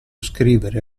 scrivere